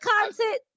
content